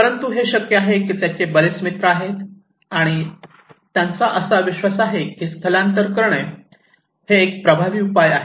परंतु हे शक्य आहे की त्याचे बरेच मित्र आहेत आणि त्यांचा असा विश्वास आहे की स्थलांतर करणे एक प्रभावी उपाय आहे